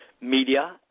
Media